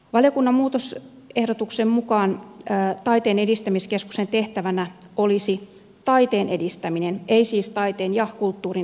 valiokunnan muutosehdotuksen mukaan taiteen edistämiskeskuksen tehtävänä olisi taiteen edistäminen ei siis taiteen ja kulttuurin edistäminen